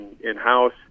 in-house